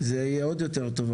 זה יהיה עוד יותר טוב.